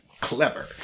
clever